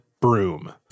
broom